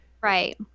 Right